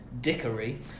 dickery